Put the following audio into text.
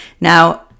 Now